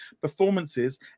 performances